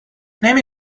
نمی